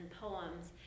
poems